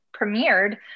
premiered